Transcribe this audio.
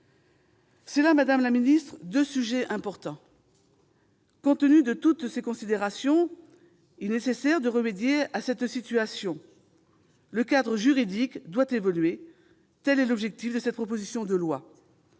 Ce sont là, madame la ministre, deux sujets importants. Compte tenu de toutes ces considérations, il est nécessaire de remédier à une telle situation. Le cadre juridique doit évoluer. Tel est l'objectif de la présente proposition de loi.